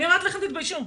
אני אומרת לכם תתביישו,